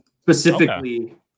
specifically